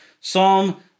Psalm